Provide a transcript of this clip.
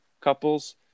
couples